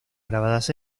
grabadas